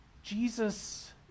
Jesus